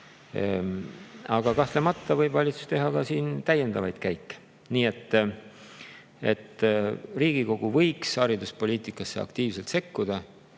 Aga kahtlemata võib valitsus teha ka täiendavaid käike. Nii et Riigikogu võiks hariduspoliitikasse aktiivselt sekkuda,